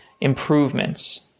improvements